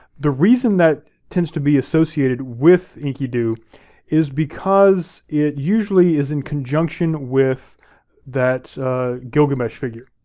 the reason that tends to be associated with enkidu is because it usually is in conjunction with that gilgamesh figure.